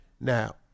Now